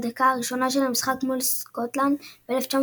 בדקה הראשונה של המשחק מול סקוטלנד ב-1986,